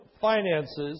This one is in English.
finances